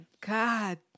God